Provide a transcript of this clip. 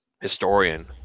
historian